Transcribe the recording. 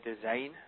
design